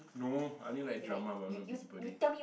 no I only like drama but I'm not a busybody